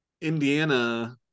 Indiana